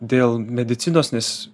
dėl medicinos nes